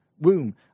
womb